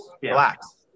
relax